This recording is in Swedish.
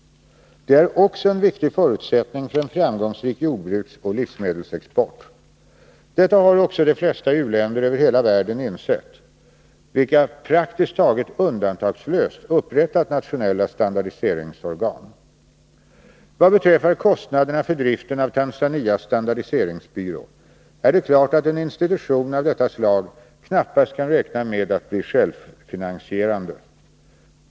Det är också en viktig förutsättning för en framgångsrik jordbruksoch livsmedelsexport. Detta har också de flesta u-länder över hela världen insett, och de har praktiskt taget undantagslöst upprättat nationella standardiseringsorgan. Vad beträffar kostnaderna för driften av Tanzanias standardiseringsbyrå är det klart att en institution av detta slag knappast kan räkna med att bli självfinansierande.